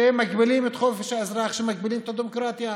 שמגבילים את חופש האזרח, שמגבילים את הדמוקרטיה.